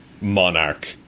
Monarch